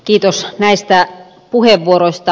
kiitos näistä puheenvuoroista